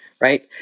right